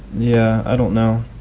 yeah i don't know.